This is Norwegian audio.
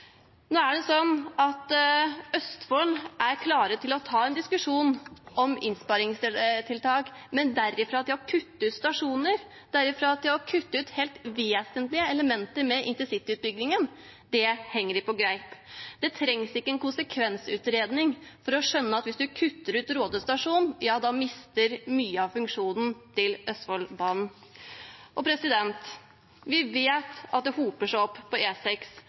Østfold er klar til å ta en diskusjon om innsparingstiltak, men derfra til å kutte stasjoner, derfra til å kutte ut helt vesentlige elementer ved intercityutbyggingen – det henger ikke på greip. Det trengs ikke en konsekvensutredning for å skjønne at hvis man kutter ut Råde stasjon – ja, da mister man mye av funksjonen til Østfoldbanen. Vi vet at det hoper seg opp på